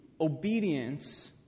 Obedience